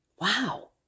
wow